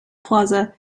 plaza